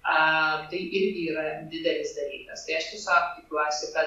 a tai irgi yra didelis dalykas tai aš tiesiog tikiuosi kad